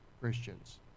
Christians